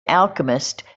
alchemist